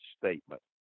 statement